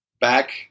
back